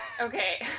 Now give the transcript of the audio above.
Okay